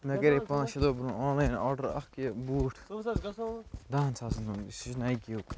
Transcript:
مےٚ کرے پانٛژھ شےٚ دۄہ برٛۄنٛہہ آنلایِن آرڈَر اَکھ یہِ بوٗٹھ دہَن ساسَن ہُنٛد سُہ چھُ نایکِیُک